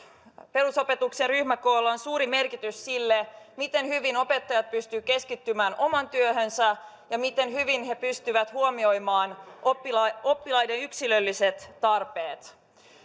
perusopetuksen ryhmäkoolla on suuri merkitys sille miten hyvin opettajat pystyvät keskittymään omaan työhönsä ja miten hyvin he pystyvät huomioimaan oppilaiden oppilaiden yksilölliset tarpeet